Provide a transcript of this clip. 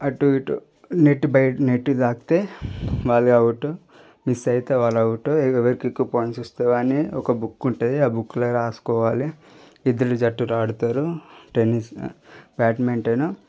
అటు ఇటు నెట్ బయట్ నెట్ తాకితే వాళ్ళు అవుట్ మిస్ అయితే వాళ్ళు అవుట్ ఎవరికి ఎక్కువ పాయింట్స్ వస్తే అని ఒక బుక్ ఉంటుంది ఆ బుక్లో రాసుకోవాలి ఇద్దరు జట్టు ఆడతారు టెన్నిస్ బాడ్మిన్టాన్ను